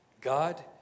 God